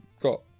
got